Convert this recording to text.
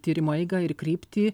tyrimo eigą ir kryptį